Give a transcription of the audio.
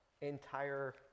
entire